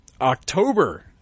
October